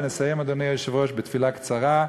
ונסיים, אדוני היושב-ראש, בתפילה קצרה: